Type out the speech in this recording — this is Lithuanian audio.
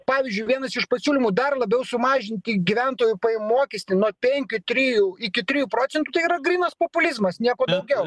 pavyzdžiui vienas iš pasiūlymų dar labiau sumažinti gyventojų pajamų mokestį nuo penkių trijų iki trijų procentų tai yra grynas populizmas nieko daugiau